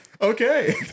Okay